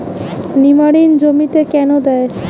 নিমারিন জমিতে কেন দেয়?